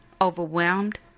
overwhelmed